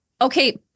Okay